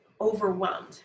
overwhelmed